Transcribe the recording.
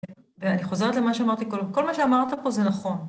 ואני חוזרת למה שאמרתי, כל מה שאמרת פה זה נכון.